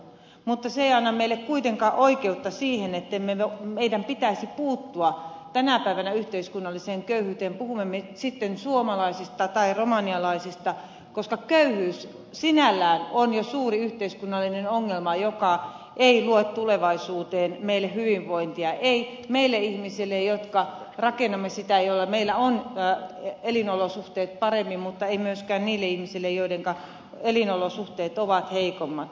mutta se ei anna meille kuitenkaan oikeutta siihen ettei meidän pitäisi puuttua tänä päivänä yhteiskunnalliseen köyhyyteen puhumme me sitten suomalaisista tai romanialaisista koska köyhyys sinällään on jo suuri yhteiskunnallinen ongelma joka ei luo tulevaisuuteen meille hyvinvointia ei meille ihmisille jotka rakennamme sitä joilla on elinolosuhteet paremmin mutta ei myöskään niille ihmisille joidenka elinolosuhteet ovat heikommat